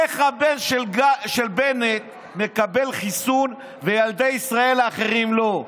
איך הבן של בנט מקבל חיסון וילדי ישראל האחרים לא.